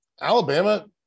Alabama